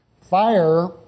FIRE